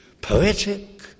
poetic